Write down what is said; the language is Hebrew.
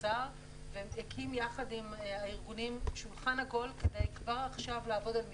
השר והקים יחד עם הארגונים שולחן עגול כדי כבר עכשיו לעבוד על מתווה.